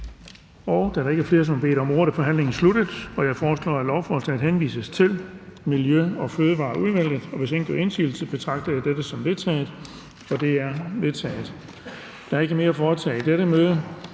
Da der ikke er flere, som har bedt om ordet, er forhandlingen sluttet. Jeg foreslår, at lovforslaget henvises til Miljø- og Fødevareudvalget. Hvis ingen gør indsigelse, betragter jeg dette som vedtaget. Det er vedtaget. --- Kl. 20:27 Meddelelser